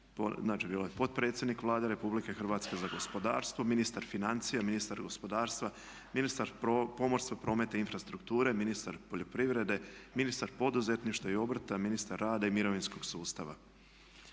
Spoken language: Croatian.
znači bio je potpredsjednik Vlade RH za gospodarstvo, ministar financija, ministar gospodarstva, ministar pomorstva, prometa i infrastrukture, ministar poljoprivrede, ministar poduzetništva i obrta, ministar rada i mirovinskog sustava.